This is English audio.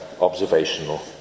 observational